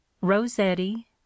rosetti